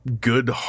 good